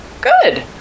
Good